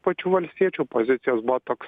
pačių valstiečių pozicijos buvo toks